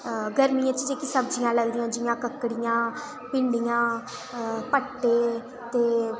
गर्मियें च जेह्की सब्जियां लगदियां जि'यां ककड़ियां भिंडियां भठ्ठे ते